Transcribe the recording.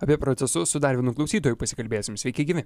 apie procesus su dar vienu klausytoju pasikalbėsim sveiki gyvi